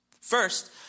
First